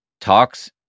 talks